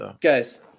Guys